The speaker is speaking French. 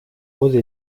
roses